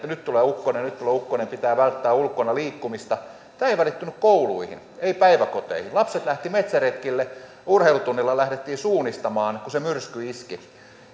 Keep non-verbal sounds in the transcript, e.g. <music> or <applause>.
<unintelligible> nyt tulee ukkonen nyt tulee ukkonen pitää välttää ulkona liikkumista tämä ei välittynyt kouluihin ei päiväkoteihin lapset lähtivät metsäretkille urheilutunnilla lähdettiin suunnistamaan kun se myrsky iski